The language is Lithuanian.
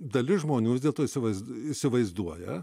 dalis žmonių vis dėlto įsivaizduoja įsivaizduoja